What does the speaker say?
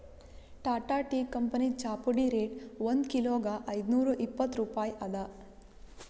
Tata tea ಕಂಪನಿದ್ ಚಾಪುಡಿ rate ಒಂದ್ ಕಿಲೋಗಾ ಐದ್ನೂರಾ ಇಪ್ಪತ್ತ್ ರೂಪಾಯಿ ಅದಾ